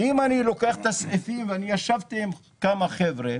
אם אני לוקח את הסעיפים וישבתי עם כמה חבר'ה